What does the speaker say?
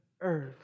earth